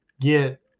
get